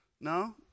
No